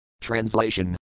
Translation